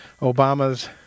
Obama's